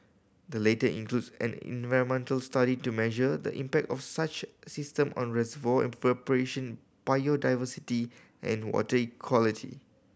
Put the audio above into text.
the latter includes an environmental study to measure the impact of such system on reservoir evaporation biodiversity and water quality